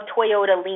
Toyota